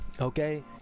okay